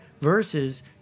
versus